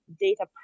data